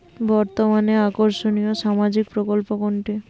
বর্তমানে আকর্ষনিয় সামাজিক প্রকল্প কোনটি?